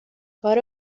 کار